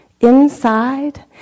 Inside